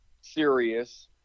serious